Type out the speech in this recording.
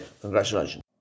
Congratulations